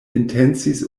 intencis